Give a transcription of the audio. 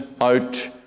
out